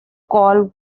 call